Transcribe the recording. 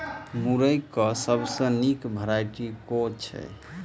मुरई केँ सबसँ निक वैरायटी केँ छै?